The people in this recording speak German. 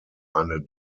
eine